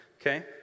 Okay